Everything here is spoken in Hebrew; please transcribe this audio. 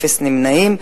אפס נמנעים.